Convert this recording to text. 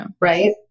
right